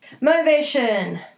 motivation